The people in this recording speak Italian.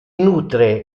nutre